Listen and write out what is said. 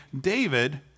David